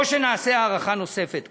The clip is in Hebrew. או שנעשה הארכה נוספת.